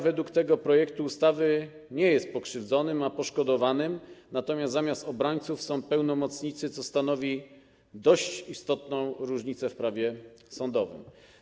Według tego projektu ustawy ofiara nie jest pokrzywdzonym, a poszkodowanym, natomiast zamiast obrońców są pełnomocnicy, co stanowi dość istotną różnicę w prawie sądowym.